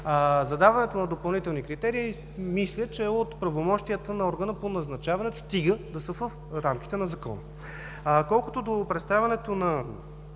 Задаването на допълнителни критерии, мисля, че е от правомощията на органа по назначаване, стига да са в рамките на закона. Колкото до представянето на